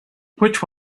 which